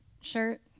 shirt